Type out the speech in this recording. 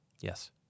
Yes